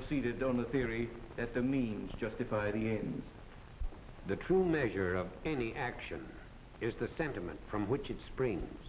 proceeded on the theory that the means justified the true measure of any action is the sentiment from which it springs